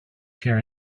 thing